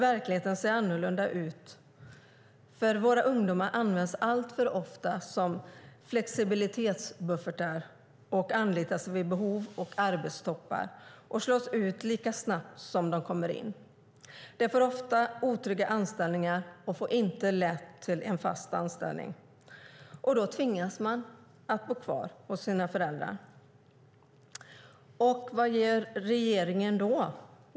Verkligheten ser annorlunda ut. Våra ungdomar används alltför ofta som flexibilitetsbuffertar som anlitas vid behov och arbetstoppar och slås ut lika snabbt som de kommer in. De får ofta otrygga anställningar och har svårt att få fast anställning. Då tvingas de att bo kvar hos sina föräldrar. Vad gör regeringen då?